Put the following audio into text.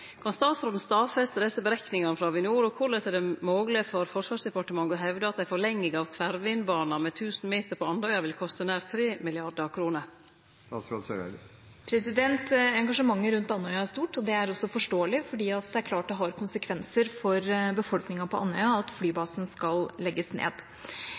Kan statsråden stadfeste desse berekningane frå Avinor, og korleis er det mogleg for Forsvarsdepartementet å hevde at ei forlenging av tverrvindbana med 1 000 meter på Andøya vil koste nær 3 mrd. kroner?» Engasjementet rundt Andøya er stort, og det er forståelig. Det er klart det har konsekvenser for befolkningen på Andøya at flybasen skal legges ned.